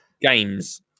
games